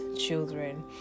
children